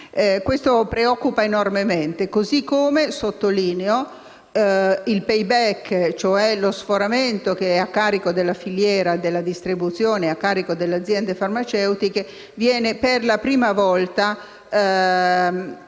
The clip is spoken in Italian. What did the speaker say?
Ciò ci preoccupa enormemente, così come - lo sottolineo - il *payback*, cioè lo sforamento a carico della filiera della distribuzione e a carico delle aziende farmaceutiche, che per la prima volta